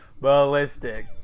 ballistic